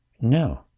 No